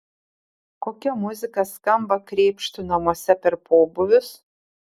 kokia muzika skamba krėpštų namuose per pobūvius